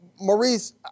Maurice